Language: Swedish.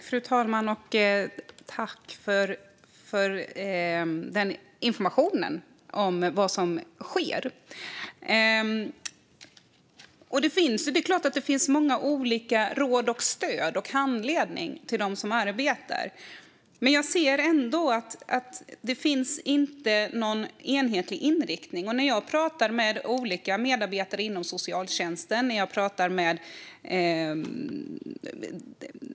Fru talman! Jag tackar för informationen om vad som sker. Det är klart att det finns råd, stöd och handledning till dem som arbetar. Men jag anser ändå att det inte finns en enhetlig inriktning. När jag pratar med olika medarbetare inom socialtjänsten, och när jag pratar med .